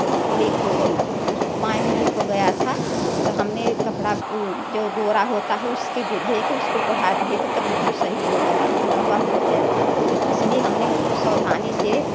leak हो गई थी उसको पैप लीक हो गया था तो हमने कपड़ा जो बोरा होता है उसके भे भे के उसको ओढ़ा दिये थे तब वो सही हो गया था मतलब बंद हो गया था इसीलिए हमने उसको सावधानी से